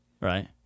right